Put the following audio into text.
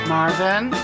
Marvin